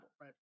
right